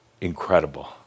incredible